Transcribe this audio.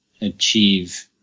achieve